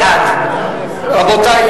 בעד רבותי,